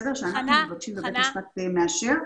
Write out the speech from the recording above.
שאנחנו מבקשים ובית המשפט מאשר.